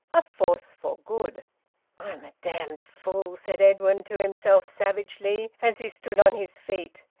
a force for good i'm a damned fool! said edwin to himself savagely, as he stood on his feet.